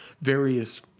various